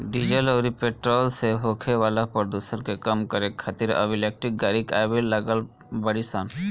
diesel अउरी petrol से होखे वाला प्रदुषण के कम करे खातिर अब इलेक्ट्रिक गाड़ी आवे लागल बाड़ी सन